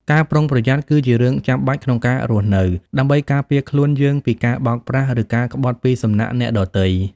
ការប្រុងប្រយ័ត្នគឺជារឿងចាំបាច់ក្នុងការរស់នៅ ដើម្បីការពារខ្លួនយើងពីការបោកប្រាស់ ឬការក្បត់ពីសំណាក់អ្នកដទៃ។